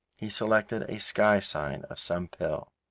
he selected a sky-sign of some pill.